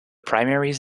primaries